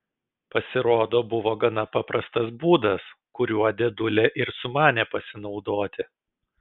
pasirodo buvo gana paprastas būdas kuriuo dėdulė ir sumanė pasinaudoti